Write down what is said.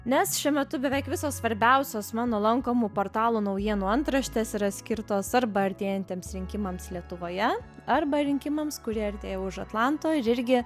nes šiuo metu beveik visos svarbiausios mano lankomų portalų naujienų antraštės yra skirtos arba artėjantiems rinkimams lietuvoje arba rinkimams kurie artėja už atlanto ir irgi